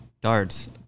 darts